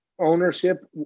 ownership